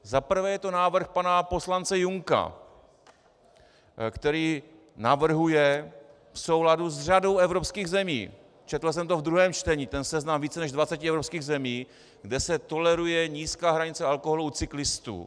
Za prvé je to návrh pana poslance Junka, který navrhuje v souladu s řadou evropských zemí četl jsem ve druhém čtení ten seznam více než dvaceti evropských zemí, kde se toleruje nízká hranice alkoholu u cyklistů.